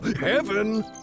heaven